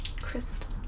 Crystal